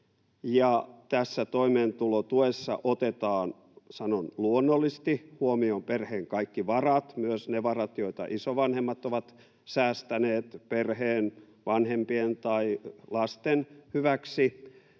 ja tässä toimeentulotuessa otetaan, sanon, luonnollisesti huomioon perheen kaikki varat, myös ne varat, joita isovanhemmat ovat säästäneet perheen vanhempien tai lasten hyväksi,